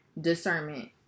discernment